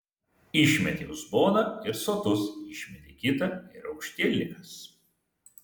išmetei uzboną ir sotus išmetei kitą ir aukštielninkas